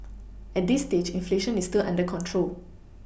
at this stage inflation is still under control